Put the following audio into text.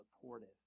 supportive